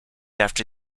after